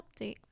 update